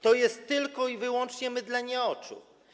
To jest tylko i wyłącznie mydlenie oczu.